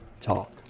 talk